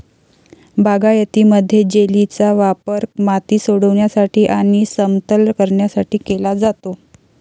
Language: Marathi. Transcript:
बागायतीमध्ये, जेलीचा वापर माती सोडविण्यासाठी आणि समतल करण्यासाठी केला जातो